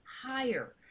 higher